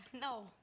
no